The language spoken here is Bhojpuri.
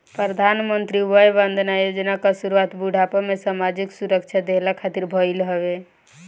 प्रधानमंत्री वय वंदना योजना कअ शुरुआत बुढ़ापा में सामाजिक सुरक्षा देहला खातिर भईल हवे